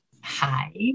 Hi